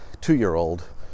two-year-old